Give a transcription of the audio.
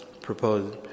proposed